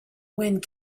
wind